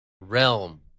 realm